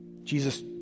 Jesus